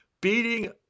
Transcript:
Beating